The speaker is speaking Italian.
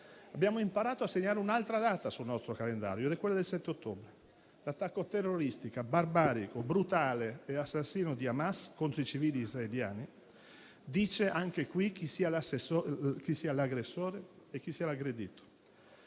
Abbiamo imparato a segnare un'altra data sul nostro calendario, quella del 7 ottobre. L'attacco terroristico, barbarico, brutale e assassino di Hamas contro i civili israeliani dice, anche in questo caso, chi sia l'aggressore e chi sia l'aggredito.